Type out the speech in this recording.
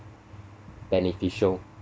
beneficial